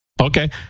Okay